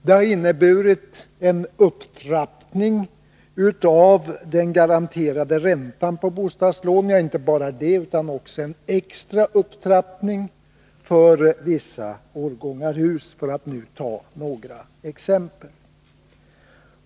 Det har inneburit en upptrappning av den garanterade räntan på bostadslånen, och inte bara det utan också en extra upptrappning för vissa årgångar hus — för att nu ta några exempel.